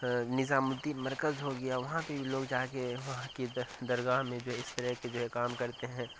نظام الدین مرکز ہو گیا وہاں پہ بھی لوگ جا کے وہاں کی دہ درگاہ میں جو ہے اس طرح کے جو ہے کام کرتے ہیں